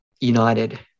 united